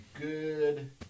good